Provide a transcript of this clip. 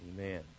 Amen